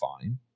fine